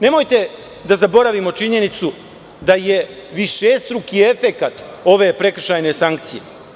Nemojte da zaboravimo činjenicu da je višestruki efekat ove prekršajne sankcije.